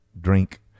drink